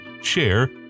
share